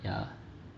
ya